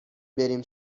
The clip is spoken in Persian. بریم